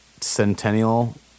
Centennial